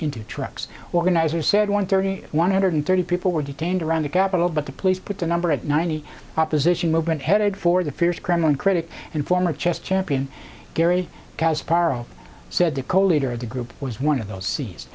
into trucks organizers said one thirty one hundred thirty people were detained around the capital but the police put the number at nine hundred opposition movement headed for the fierce kremlin critic and former chess champion garry kasparov said the co leader of the group was one of those se